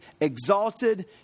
exalted